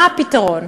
מה הפתרון?